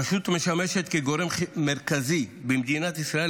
הרשות משמשת כגורם מרכזי במדינת ישראל,